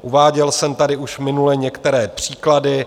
Uváděl jsem tady už minule některé příklady.